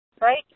right